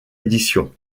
édition